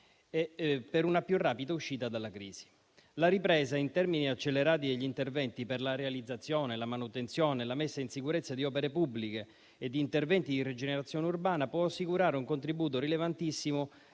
per una più rapida uscita dalla crisi. La ripresa in termini accelerati degli interventi per la realizzazione, la manutenzione e la messa in sicurezza di opere pubbliche, nonché per la rigenerazione urbana possono assicurare un contributo rilevantissimo